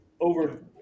Over